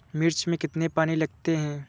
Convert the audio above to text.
मिर्च में कितने पानी लगते हैं?